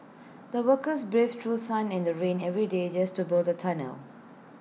the workers braved through sun and rain every day just to build the tunnel